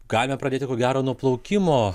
galima pradėti ko gero nuo plaukimo